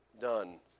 done